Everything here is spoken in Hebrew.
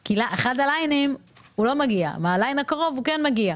כי אחד הקווים לא מגיע ומקו הייצור הקרוב הוא כן מגיע.